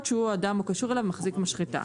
שהוא או אדם הקשור אליו מחזיק משחטה.